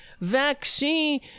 vaccine